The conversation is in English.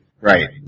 Right